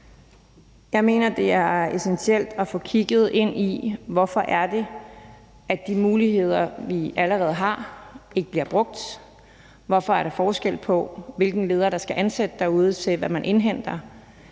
Jeg mener, at det er essentielt at få kigget ind i, hvorfor de muligheder, vi allerede har, ikke bliver brugt, og hvorfor der er forskel på, hvilken leder der skal ansætte derude, i forhold til hvad man indhenter.